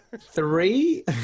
Three